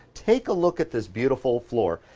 take a look at this beautiful floor.